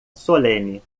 solene